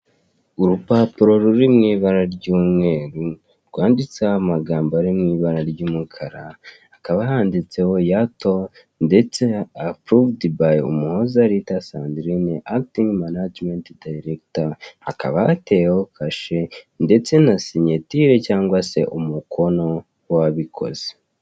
Urupapuro ruri mu ibara ry'umweru rwanditseho amagambo ari mu ibara ry'umukara hakaba handitseho yato ndetse n'apuruvudi bayi umuhoza rita sandirine akitingi manajimeti dayiregita hakaba hateyeho kashe ndetse na sinyatire cyangwa se umukono w'uwabikoze.